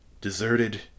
deserted